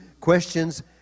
questions